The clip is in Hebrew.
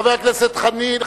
חבר הכנסת חנין,